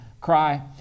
cry